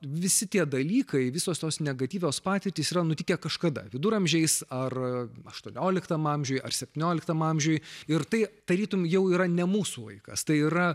visi tie dalykai visos tos negatyvios patirtys yra nutikę kažkada viduramžiais ar aštuonioliktam amžiuj ar septynioliktam amžiuj ir tai tarytum jau yra ne mūsų laikas tai yra